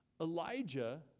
Elijah